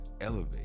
elevate